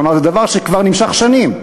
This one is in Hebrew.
כלומר זה דבר שכבר נמשך שנים: